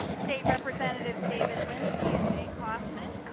state representatives david linsky and jay kaufman,